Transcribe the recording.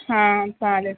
हां चालेल